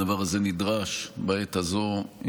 הדבר הזה נדרש בעת הזו,